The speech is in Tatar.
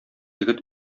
егет